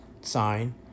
sign